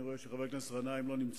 אני רואה שחבר הכנסת גנאים לא נמצא,